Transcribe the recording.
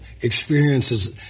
experiences